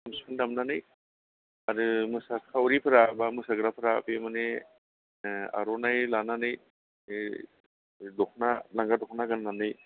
खाम सिफुं दामनानै आरो मोसाखावरिफ्रा बा मोसाग्राफ्रा बे माने आर'नाइ लानानै बे दख'ना लांगा दख'ना गान्नानै